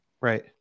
Right